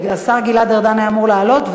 והשר גלעד ארדן היה אמור לעלות,